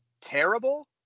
terrible